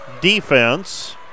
Defense